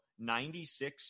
96